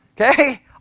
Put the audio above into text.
Okay